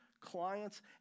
clients